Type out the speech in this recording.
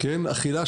אכילה,